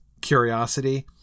curiosity